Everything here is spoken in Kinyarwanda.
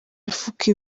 mifuka